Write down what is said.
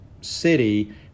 city